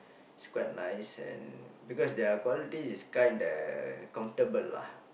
it's quite nice and because their quality is kinda comfortable lah